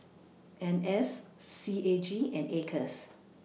N S C A G and Acres